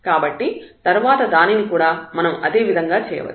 కాబట్టి తర్వాత దానిని కూడా మనం అదేవిధంగా చేయవచ్చు